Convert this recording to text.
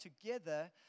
together